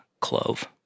clove